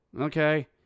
okay